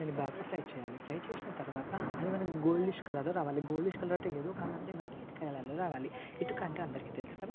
దాన్ని బాగా ఫ్రై చేయాలి ఫ్రై చేసిన తర్వాత అది మనం గోల్డన్ కలరులో రావాలి గోల్డన్ కలర్ అంటే ఏదో కాదండి మనకి ఇటుక కలరులో రావాలి ఇటుకంటే అందరికీ తెలుసు కదా